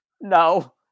No